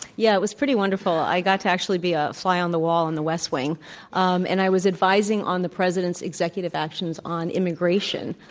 yeah, it was pretty wonderful. i got to actually be a fly on the wall in the west wing um and i was advising on the president's executive actions on immigration,